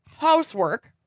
housework